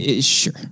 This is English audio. Sure